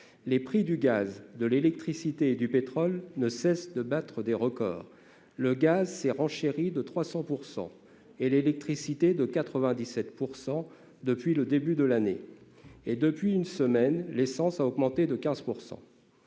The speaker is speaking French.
Les prix du gaz, de l'électricité et du pétrole ne cessent de battre des records. Le gaz s'est renchéri de 300 % et l'électricité de 97 % depuis le début de l'année. En une semaine, l'essence a augmenté de 15 %.